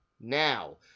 now